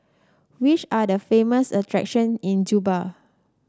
which are the famous attraction in Juba